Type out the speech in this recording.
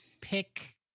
pick